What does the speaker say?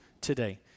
today